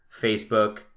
Facebook